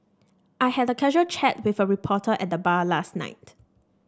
I had a casual chat with a reporter at the bar last night